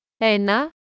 Ena